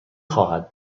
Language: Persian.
خواهد